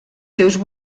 seus